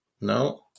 No